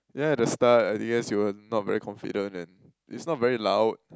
yeah at the start I guess you were not very confident and it's not very loud